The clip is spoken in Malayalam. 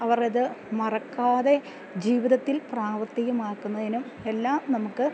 അവരത് മറക്കാതെ ജീവിതത്തിൽ പ്രാവർത്തികമാക്കുന്നതിനും എല്ലാം നമുക്ക്